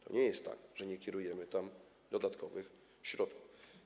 To nie jest tak, że nie kierujemy tam dodatkowych środków.